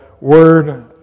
word